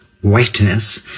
whiteness